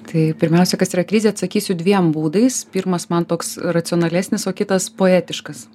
tai pirmiausia kas yra krizė atsakysiu dviem būdais pirmas man toks racionalesnis o kitas poetiškas